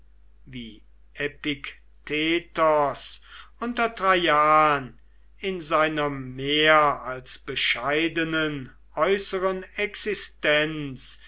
wie epiktetos unter traian in seiner mehr als bescheidenen äußeren existenz